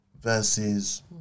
versus